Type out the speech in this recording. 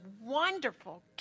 wonderful